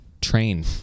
train